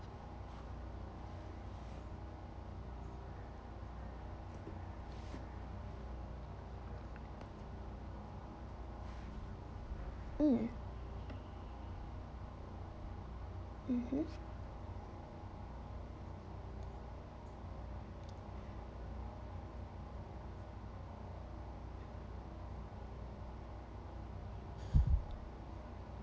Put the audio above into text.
um mmhmm